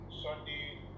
Sunday